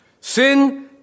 Sin